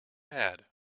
had